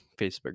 Facebook